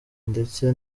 ndetse